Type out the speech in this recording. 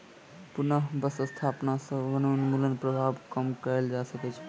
पुनः बन स्थापना सॅ वनोन्मूलनक प्रभाव कम कएल जा सकै छै